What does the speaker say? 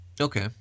Okay